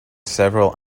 several